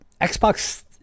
Xbox